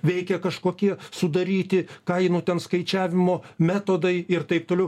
veikia kažkokie sudaryti kainų ten skaičiavimo metodai ir taip toliau